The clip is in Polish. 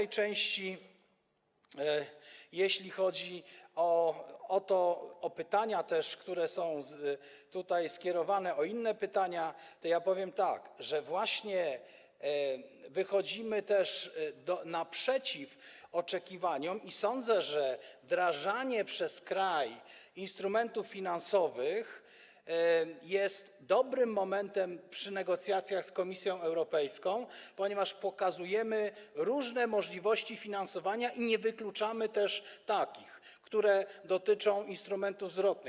Jeśli chodzi o pytania, które są tutaj kierowane, o inne pytania, to ja powiem tak, że właśnie wychodzimy też naprzeciw oczekiwaniom i sądzę, że wdrażanie przez kraj instrumentów finansowych jest dobrym momentem przy negocjacjach z Komisją Europejską, ponieważ pokazujemy różne możliwości finansowania, nie wykluczamy też takich, które dotyczą instrumentów zwrotnych.